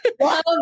Love